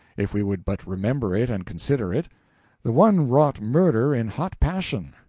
if we would but remember it and consider it the one wrought murder in hot passion,